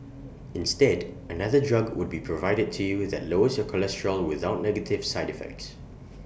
instead another drug would be provided to you that lowers your cholesterol without negative side effects